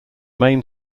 main